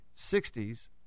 60s